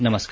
नमस्कार